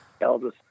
Elvis